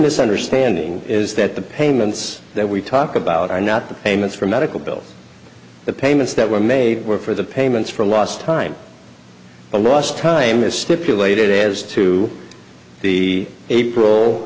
misunderstanding is that the payments that we talk about are not the payments for medical bills the payments that were made were for the payments for lost time the last time is stipulated as to be april